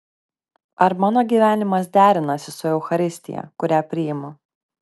ar mano gyvenimas derinasi su eucharistija kurią priimu